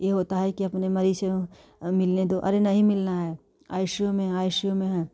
यह होता है कि अपने मरीज़ से मिलने दो अरे नहीं मिलना है आई सी यू में है आई सी यू में है